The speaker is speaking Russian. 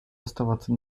оставаться